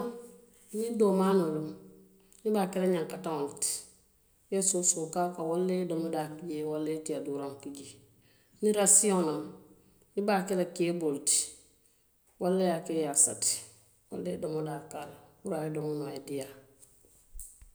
Niŋ doo maanoo loŋ, i be a kela ñankataŋo le ti, i ye soosoo ke a kaŋ walla i ye domodaa ke jee walla i ye tiya duuraŋo ke jee, niŋ rasiŋo loŋ, i be a kela ceeboo le ti, walla i ye ke yaasa ti walla i ye domodaa ke a kaŋ puru a ye domoo noo a ye diyaa.